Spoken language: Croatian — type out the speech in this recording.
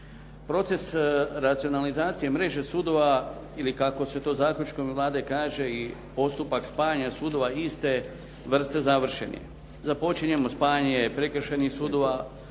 Proces racionalizacije mreže sudova ili kako se to zaključkom Vlade kaže i postupak spajanja sudova iste vrste završen je. Započinjemo spajanje prekršajnih sudova